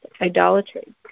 idolatry